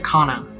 Kana